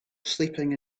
sleeping